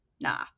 nah